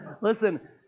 Listen